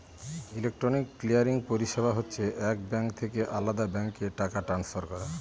electronic clearing পরিষেবা হচ্ছে এক ব্যাঙ্ক থেকে আলদা ব্যাঙ্কে টাকা ট্রান্সফার করা